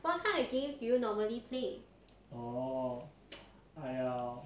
what kind of games do you normally play